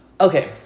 Okay